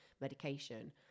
medication